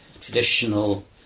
traditional